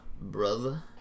brother